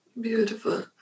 Beautiful